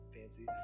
fancy